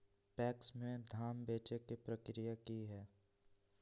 PACS में धाम बेचे के प्रक्रिया की हय?